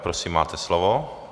Prosím, máte slovo.